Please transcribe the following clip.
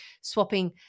swapping